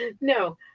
no